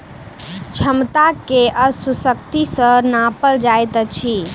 क्षमता के अश्व शक्ति सॅ नापल जाइत अछि